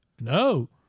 no